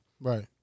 Right